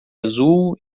azul